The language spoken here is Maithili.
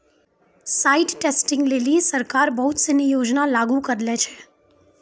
साइट टेस्टिंग लेलि सरकार बहुत सिनी योजना लागू करलें छै